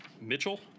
Mitchell